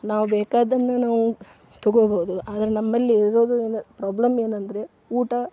ನಾವು ಬೇಕಾದ್ದನ್ನು ನಾವು ತಗೋಬೋದು ಆದರೆ ನಮ್ಮಲ್ಲಿ ಇರೋದು ಏನು ಪ್ರಾಬ್ಲಮ್ ಏನಂದರೆ ಊಟ